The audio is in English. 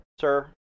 Sir